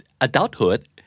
adulthood